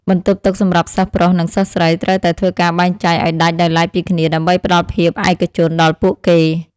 បន្ទប់ទឹកសម្រាប់សិស្សប្រុស និងសិស្សស្រីត្រូវតែធ្វើការបែងចែកឱ្យដាច់ដោយឡែកពីគ្នាដើម្បីផ្តល់ភាពឯកជនដល់ពួកគេ។